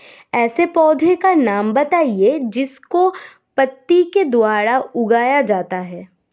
ऐसे पौधे का नाम बताइए जिसको पत्ती के द्वारा उगाया जाता है